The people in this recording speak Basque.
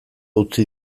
utzi